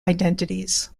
identities